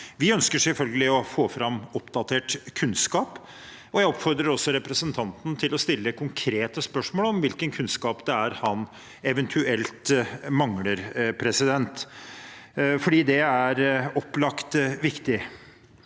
Vi ønsker selvfølgelig å få fram oppdatert kunnskap, og jeg oppfordrer også representanten til å stille konkrete spørsmål om hvilken kunnskap det er han eventuelt mangler, for det er opplagt viktig.